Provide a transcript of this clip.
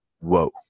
whoa